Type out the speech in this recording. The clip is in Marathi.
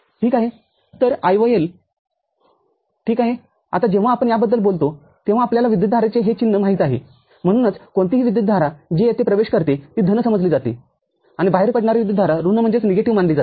तर IOL ठीक आहे आता जेव्हा आपण याबद्दल बोलतो तेव्हा आपल्याला विद्युतधारेचे हे चिन्ह माहित आहेम्हणून कोणतीही विद्युतधारा जी येथे प्रवेश करते ती धनसमजली जाते आणि बाहेर पडणारी विद्युतधारा ऋणमानली जाते